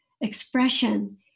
expression